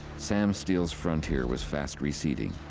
sam steele's frontier was fast receding.